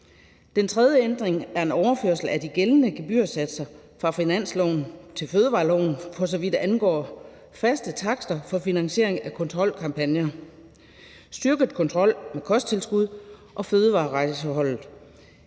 Den tredje ændring er en overførsel af de gældende gebyrsatser fra finansloven til fødevareloven, for så vidt angår faste takster for finansiering af kontrolkampagner, styrket kontrol med kosttilskud og fødevarerejseholdet.